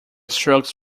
strokes